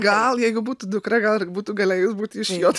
gal jeigu būtų dukra gal ir būtų galėjus būti iš jot